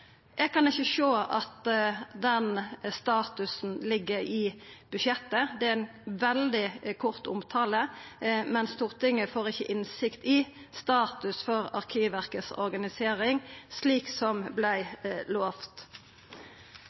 Eg kan ikkje sjå at den statusen ligg i budsjettet. Det er ei veldig kort omtale, men Stortinget får ikkje innsikt i status for Arkivverkets organisering, slik det vart lovt. Det som